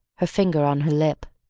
her finger on her lip.